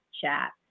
chat